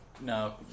no